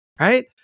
Right